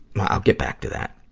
well, i'll get back to that.